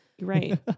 right